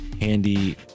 handy